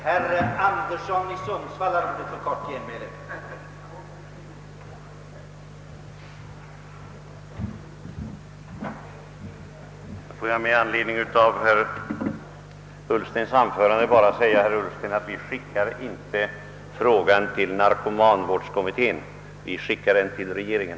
Herr talman! Får jag med anledning av herr Ullstens anförande bara säga att utskottet inte skickar frågan till narkomanvårdskommittén — vi föreslår att den skickas till regeringen.